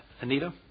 Anita